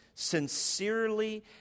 sincerely